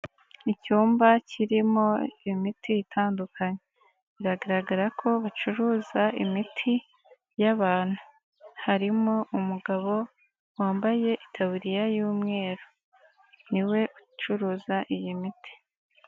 iIyumba kirimo imiti itandukanye ,biragaragara ko bacuruza imiti y'abantu. Harimo umugabo wambaye itaburiya y'umweru niwe ucuruza iyi miti.